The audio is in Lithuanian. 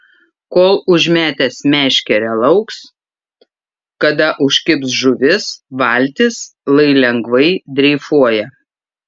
kol užmetęs meškerę lauks kada užkibs žuvis valtis lai lengvai dreifuoja